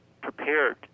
prepared